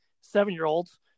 seven-year-olds